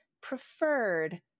preferred